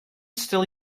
still